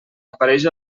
apareix